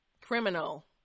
criminal